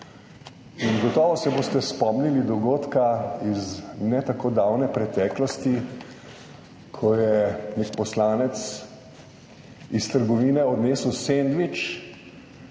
Gotovo se boste spomnili dogodka iz ne tako davne preteklosti, ko je nek poslanec iz trgovine odnesel sendvič